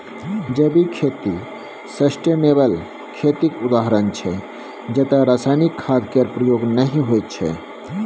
जैविक खेती सस्टेनेबल खेतीक उदाहरण छै जतय रासायनिक खाद केर प्रयोग नहि होइ छै